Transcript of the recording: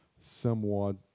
somewhat